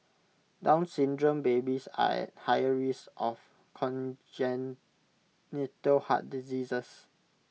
down syndrome babies are at higher risk of congenital heart diseases